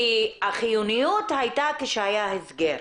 כי החיוניות הייתה כשהיה הסגר.